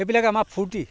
সেইবিলাকে আমাৰ ফূৰ্তি